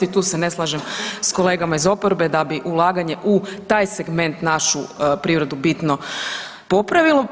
I tu se ne slažem sa kolegama iz oporbe da bi ulaganje u taj segment našu privredu bitno popravilo.